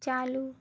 चालू